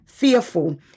fearful